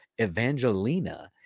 Evangelina